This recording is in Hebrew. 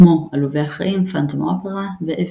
כמו "עלובי החיים", "פנטום האופרה" ו"אוויטה".